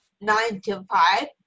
nine-to-five